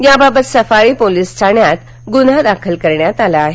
याबाबत सफाळे पोलीस ठाण्यात गुन्हा दाखल करण्यात आला आहे